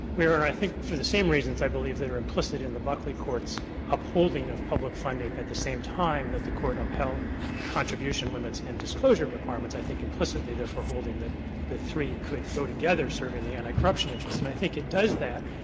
and i think for the same reasons i think that are implicit in the buckley court's upholding of public funding at the same time that the court upheld contribution limits and disclosure requirements, i think implicitly therefore holding that the three could go together, serving the anticorruption interests. and i think it does that,